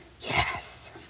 Yes